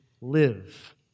live